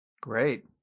Great